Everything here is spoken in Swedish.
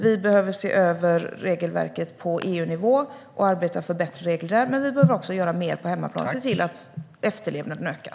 Vi behöver se över regelverket på EU-nivå och arbeta för bättre regler där, men vi behöver också göra mer på hemmaplan och se till att efterlevnaden ökar.